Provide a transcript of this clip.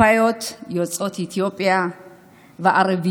הקופאיות יוצאות אתיופיה וערביות,